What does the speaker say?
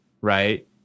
Right